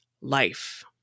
life